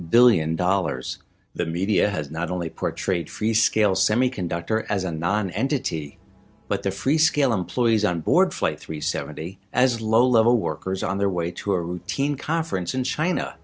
billion dollars the media has not only portrayed freescale semiconductor as a non entity but the freescale employees on board flight three seventy as low level workers on their way to a routine conference in china